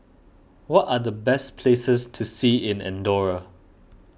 what are the best places to see in the andorra